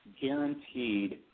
guaranteed